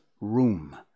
room